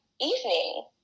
evening